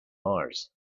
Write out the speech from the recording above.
mars